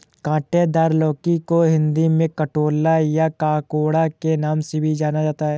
काँटेदार लौकी को हिंदी में कंटोला या ककोड़ा के नाम से भी जाना जाता है